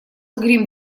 грим